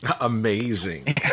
Amazing